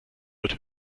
wird